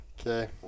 Okay